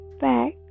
back